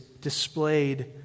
displayed